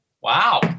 Wow